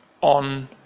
on